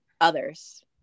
others